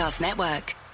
Network